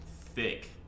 thick